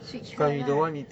switch her lah